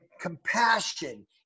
compassion